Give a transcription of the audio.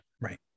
Right